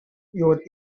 your